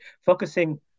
focusing